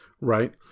right